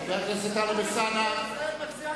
חבר הכנסת טלב אלסאנע, מה ישראל מציעה?